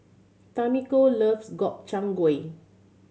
Tamiko loves Gobchang Gui